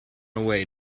away